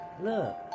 Look